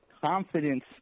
confidence